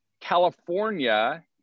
California